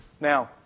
Now